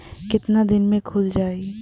कितना दिन में खुल जाई?